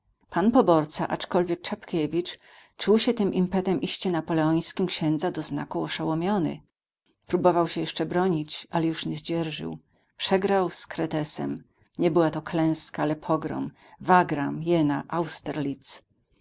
poborca aczkolwiek czapkiewicz czuł się tym impetem iście napoleońskim księdza do znaku oszołomiony próbował się jeszcze bronić ale już nie zdzierżył przegrał z kretesem nie była to klęska ale pogrom wagram jena